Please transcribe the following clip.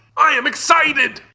i am excited!